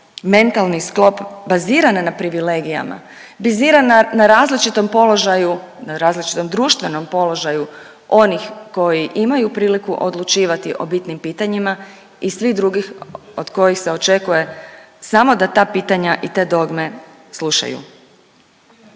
mentalni sklop baziran na privilegijama, baziran na različitom položaju, na različitom društvenom položaju onih koji imaj priliku odlučivati o bitnim pitanjima i svi drugi od kojih se očekuje samo da ta pitanja i te dogme slušaju.